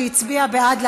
שהצביע בעד,